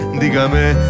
dígame